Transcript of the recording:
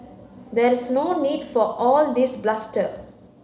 there is no need for all this bluster